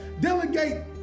Delegate